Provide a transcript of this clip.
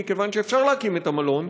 מכיוון שאפשר להקים את המלון,